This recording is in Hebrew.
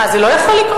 מה, זה לא יכול לקרות?